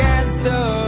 answer